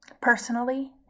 Personally